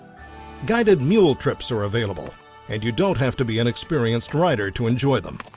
guided mule trips are available and you don't have to be an experienced rider to enjoy them.